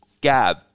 Gab